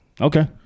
Okay